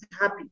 happy